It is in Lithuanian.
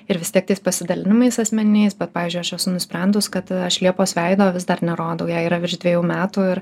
ir vis tiek tais pasidalinimais asmeniniais bet pavyzdžiui aš esu nusprendus kad aš liepos veido vis dar nerodau jai yra virš dvejų metų ir